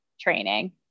training